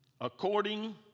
according